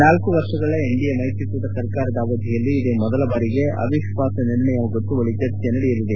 ನಾಲ್ಕು ವರ್ಷಗಳ ಎನ್ಡಿಎ ಮೈತ್ರಿಕೂಟ ಸರಕಾರದ ಅವಧಿಯಲ್ಲಿ ಇದೇ ಮೊದಲ ಬಾರಿಗೆ ಅವಿಶ್ವಾಸ ನಿರ್ಣಯ ಗೊತ್ತುವಳಿ ಚರ್ಚೆ ನಡೆಯಲಿದೆ